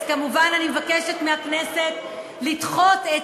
אז כמובן, אני מבקשת מהכנסת לדחות את